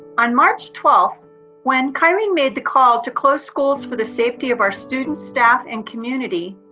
on march twelfth when kyrene made the call to close schools for the safety of our students, staff and community,